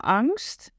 angst